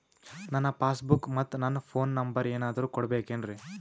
ನನ್ನ passbook ಮತ್ ನನ್ನ ಫೋನ್ ನಂಬರ್ ಏನಾದ್ರು ಕೊಡಬೇಕೆನ್ರಿ?